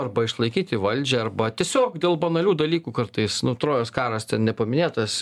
arba išlaikyti valdžią arba tiesiog dėl banalių dalykų kartais nu trojos karas ten nepaminėtas